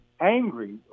angry